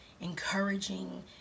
encouraging